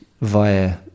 via